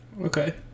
okay